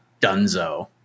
dunzo